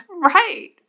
Right